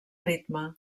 ritme